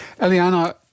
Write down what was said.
Eliana